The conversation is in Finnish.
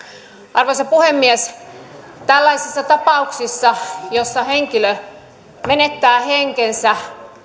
arvoisa puhemies tällaisissa tapauksissa joissa henkilö menettää henkensä